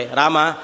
rama